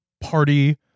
party